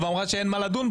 ואמרה שאין לדון בו,